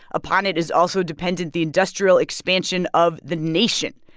upon it is also dependent the industrial expansion of the nation.